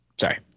Sorry